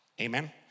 Amen